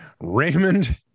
Raymond